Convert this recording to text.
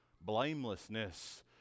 blamelessness